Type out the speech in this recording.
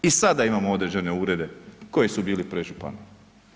I sada imamo određene urede koji su bili pred županijama.